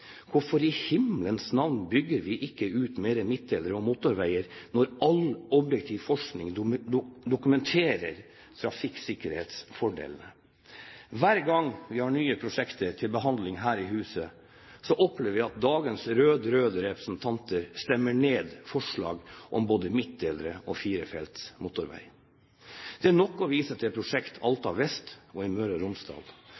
Hvorfor i himmelens navn bygger vi ikke ut flere midtdelere og motorveier når all objektiv forskning dokumenterer trafikksikkerhetsfordelene? Hver gang vi har nye prosjekter til behandling her i huset, opplever vi at dagens rød-røde representanter stemmer ned forslag om både midtdelere og firefelts motorvei. Det er nok å vise til